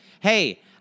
Hey